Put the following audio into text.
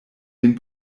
den